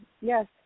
Yes